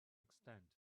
extend